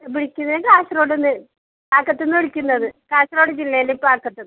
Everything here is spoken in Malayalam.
വിളിക്കുന്നത് കാസർഗോഡുനിന്ന് പാക്കത്തുനിന്ന് വിളിക്കുന്നത് കാസർഗോഡ് ജില്ലയിലെ പാക്കത്ത്നിന്ന്